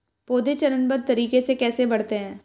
पौधे चरणबद्ध तरीके से कैसे बढ़ते हैं?